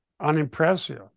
Unimpressive